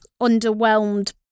underwhelmed